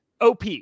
OP